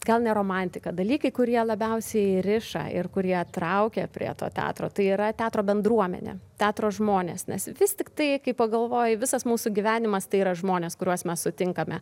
gal ne romantika dalykai kurie labiausiai riša ir kurie traukia prie to teatro tai yra teatro bendruomenė teatro žmonės nes vis tiktai kai pagalvoji visas mūsų gyvenimas tai yra žmonės kuriuos mes sutinkame